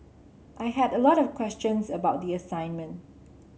I had a lot of questions about the assignment